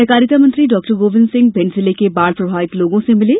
सहकारिता मंत्री डॉ गोविंद सिंह भिंड जिले के बाढ़ प्रभावित लोगों से मिले